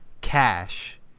cash